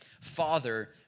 Father